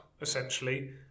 essentially